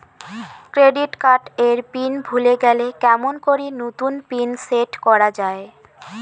Credit card এর PIN ভুলে গেলে কেমন করি নতুন পিন সেট করা য়ায়?